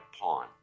pawn